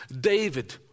David